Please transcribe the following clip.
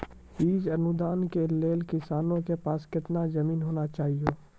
बीज अनुदान के लेल किसानों के पास केतना जमीन होना चहियों?